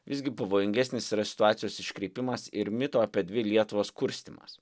visgi pavojingesnis yra situacijos iškreipimas ir mito apie dvi lietuvas kurstymas